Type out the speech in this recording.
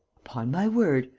upon my word,